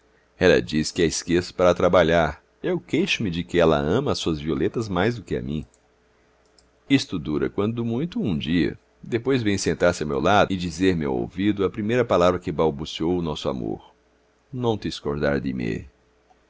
ela diz que a esqueço para trabalhar eu queixo me de que ela ama as suas violetas mais do que a mim isto dura quando muito um dia depois vem sentar-se ao meu lado e dizer-me ao ouvido a primeira palavra que balbuciou o nosso amor non ti scordar di me